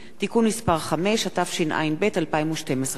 (תיקון מס' 5), התשע"ב 2012. תודה.